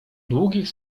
długich